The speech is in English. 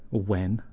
when,